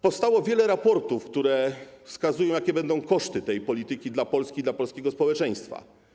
Powstało wiele raportów, które wskazują, jakie będą koszty tej polityki dla Polski, dla polskiego społeczeństwa.